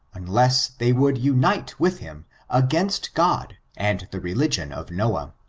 unless they would unite with him against god and the religion of noah.